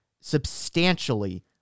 substantially